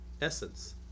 essence